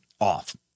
off